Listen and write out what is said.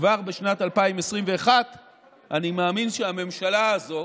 כבר בשנת 2021. אני מאמין שהממשלה הזאת,